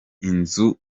inzu